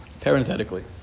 Parenthetically